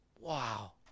wow